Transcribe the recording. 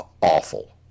awful